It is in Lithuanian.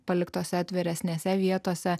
paliktose atviresnėse vietose